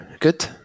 Good